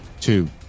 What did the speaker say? two